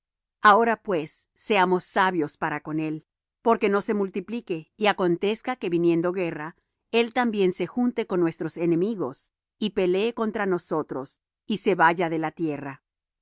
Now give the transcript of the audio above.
ahora pues seamos sabios para con él porque no se multiplique y acontezca que viniendo guerra él también se junte con nuestros enemigos y pelee contra nosotros y se vaya de la tierra